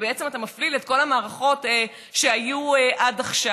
ובעצם אתה מפליל את כל המערכות שהיו עד עכשיו.